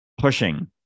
pushing